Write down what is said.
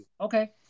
Okay